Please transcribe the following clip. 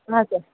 ಹಾಂ ಸರ್